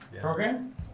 program